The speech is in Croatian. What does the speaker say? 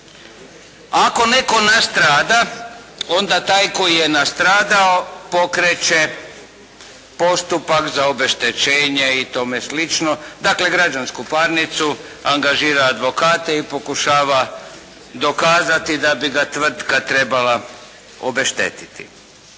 Ako netko nastrada, onda taj koji je nastradao pokreće postupak za obeštećenje i tome sl. dakle građansku parnicu, angažira advokate i pokušava dokazati da bi ga tvrtka trebala obeštetiti.